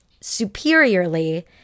superiorly